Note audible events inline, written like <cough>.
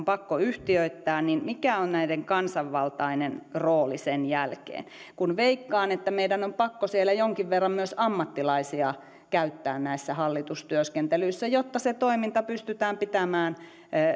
<unintelligible> pakko yhtiöittää niin mikä on näiden kansanvaltainen rooli sen jälkeen kun veikkaan että meidän on pakko siellä jonkin verran myös ammattilaisia käyttää hallitustyöskentelyssä jotta se toiminta pystytään pitämään